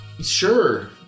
Sure